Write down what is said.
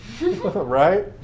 right